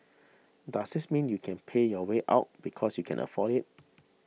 does this mean you can pay your way out because you can afford it